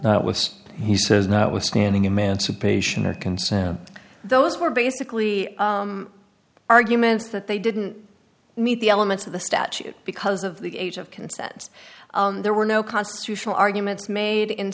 that was he says not withstanding emancipation of consent those were basically arguments that they didn't meet the elements of the statute because of the age of consent there were no constitutional arguments made in